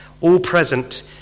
all-present